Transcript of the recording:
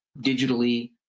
digitally